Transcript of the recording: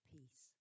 Peace